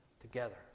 Together